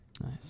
Nice